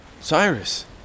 Cyrus